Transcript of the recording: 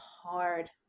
hard